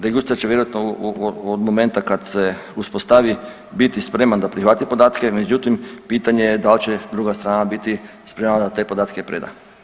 Registar će vjerojatno od momenta kad se uspostavi biti spreman da prihvati podatke, međutim, pitanje je da li će druga strana biti spremna da te podatke preda.